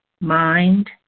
mind